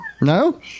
No